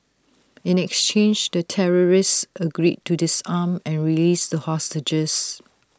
in exchange the terrorists agreed to disarm and released the hostages